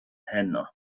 heno